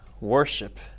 worship